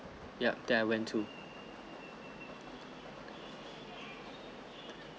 yup that I went to